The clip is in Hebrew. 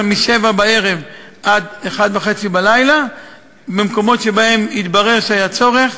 מ-19:00 עד 01:30. במקומות שבהם יתברר שהיה צורך,